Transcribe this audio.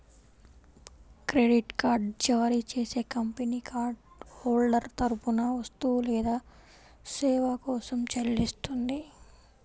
credit card జారీ చేసే company card holder తరపున వస్తువు లేదా సేవ కోసం చెల్లిస్తుంది